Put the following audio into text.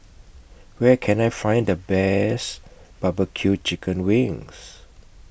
Where Can I Find The Best Barbecue Chicken Wings